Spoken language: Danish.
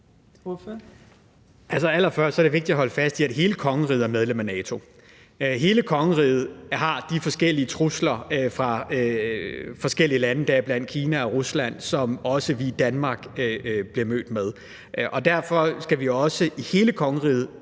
sige, at det er vigtigt at holde fast i, at hele kongeriget er medlem af NATO, hele kongeriget har de forskellige trusler fra forskellige lande, deriblandt Kina og Rusland, som også vi i Danmark bliver mødt med, og derfor skal vi også i hele kongeriget